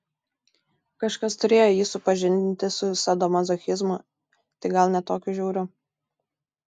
kažkas turėjo jį supažindinti su sadomazochizmu tik gal ne tokiu žiauriu